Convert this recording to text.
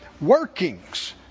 workings